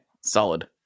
solid